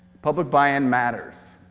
public buy-in matters.